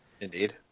Indeed